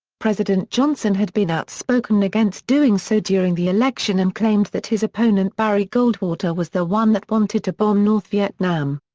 president johnson had been outspoken against doing so during the election and claimed that his opponent barry goldwater was the one that wanted to bomb north vietnam.